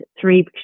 three